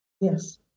Yes